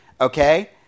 Okay